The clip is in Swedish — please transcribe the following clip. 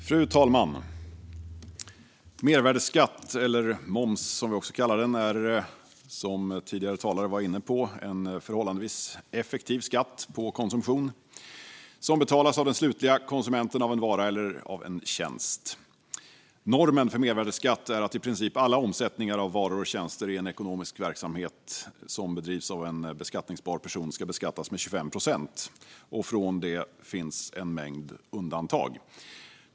Fru talman! Mervärdesskatt eller moms, som vi också kallar den, är en förhållandevis effektiv skatt på konsumtion som betalas av den slutliga konsumenten av en vara eller en tjänst. Normen för mervärdesskatt är att i princip all omsättning av varor och tjänster i en ekonomisk verksamhet som bedrivs av en beskattningsbar person ska beskattas med 25 procent. Från detta finns en mängd undantag.